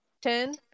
Ten